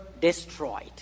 destroyed